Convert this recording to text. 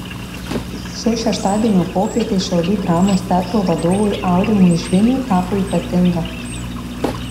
šio šeštadienio popietė šiaulių dramos teatro vadovui aurimui žviniui tapo ypatinga